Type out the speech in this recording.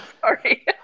Sorry